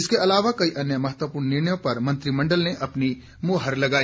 इसके अलावा कई अन्य महत्वपूर्ण निर्णयों पर भी मंत्रिमंडल ने अपनी मुहर लगाई